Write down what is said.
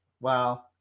Wow